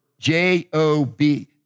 J-O-B